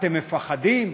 אתם מפחדים?